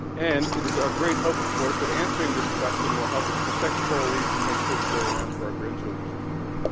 and it is our great hope of course that answering this question will help us protect coral reefs and make sure that they are around for our grandchildren to enjoy.